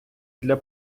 для